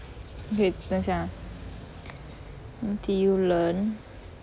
okay 等一下 ah NTULearn